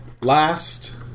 last